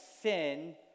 sin